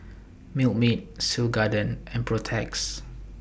Milkmaid Seoul Garden and Protex